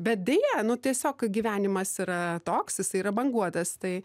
bet deja nu tiesiog gyvenimas yra toks jisai yra banguotas tai